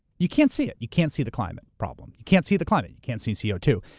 you can't see it, you can't see the climate problem. you can't see the climate, you can't see c o two.